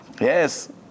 Yes